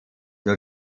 nur